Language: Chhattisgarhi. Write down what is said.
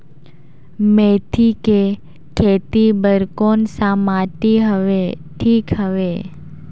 मेथी के खेती बार कोन सा माटी हवे ठीक हवे?